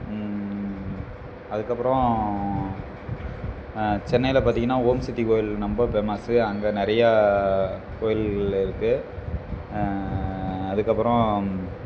அதுக்கப்புறம் சென்னையில் பார்த்தீங்கன்னா ஓம்சக்தி கோவில் ரொம்ப பேமஸு அங்கே நிறையா கோவில்கள் இருக்குது அதுக்கப்புறம்